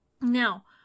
Now